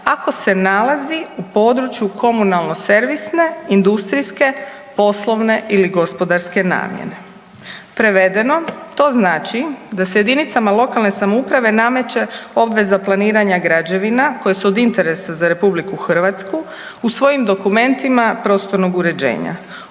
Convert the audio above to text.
ako se nalazi u području komunalno-servisne, industrijske, poslovne ili gospodarske namjene. Prevedeno, to znači da se jedinicama lokalne samouprave nameće obveza planiranja građevina koje su od interesa za RH u svojim dokumentima prostornog uređenja